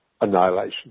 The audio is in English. annihilation